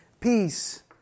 peace